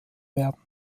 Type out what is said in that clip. werden